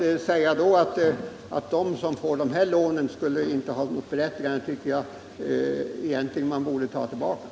Kjell Nilsson borde ta tillbaka uttalandet att de som får dessa små lån inte skulle ha något berättigande.